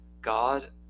God